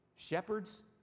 Shepherds